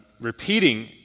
repeating